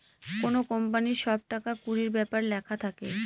কোনো কোম্পানির সব টাকা কুড়ির ব্যাপার লেখা থাকে